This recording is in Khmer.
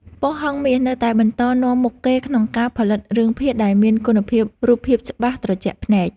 ប៉ុស្តិ៍ហង្សមាសនៅតែបន្តនាំមុខគេក្នុងការផលិតរឿងភាគដែលមានគុណភាពរូបភាពច្បាស់ត្រជាក់ភ្នែក។